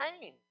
pain